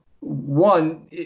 one